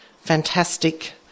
fantastic